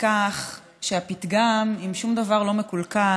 לכך שהפתגם: אם שום דבר לא מקולקל,